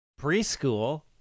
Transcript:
Preschool